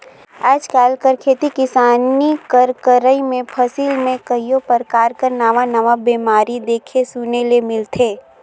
आएज काएल कर खेती किसानी कर करई में फसिल में कइयो परकार कर नावा नावा बेमारी देखे सुने ले मिलथे